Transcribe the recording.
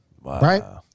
Right